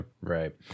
right